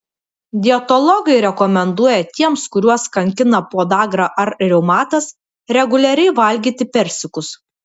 dietologai rekomenduoja tiems kuriuos kankina podagra ar reumatas reguliariai valgyti persikus